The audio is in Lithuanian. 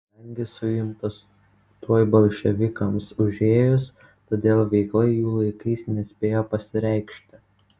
kadangi suimtas tuoj bolševikams užėjus todėl veikla jų laikais nespėjo pasireikšti